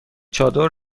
چادر